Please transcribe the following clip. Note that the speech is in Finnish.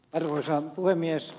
arvoisa puhemies